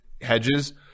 hedges